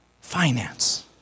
Finance